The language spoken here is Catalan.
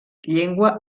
llengua